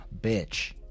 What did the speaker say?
bitch